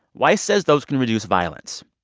weiss says those can reduce violence.